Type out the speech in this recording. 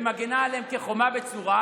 ומגינה עליהם כחומה בצורה,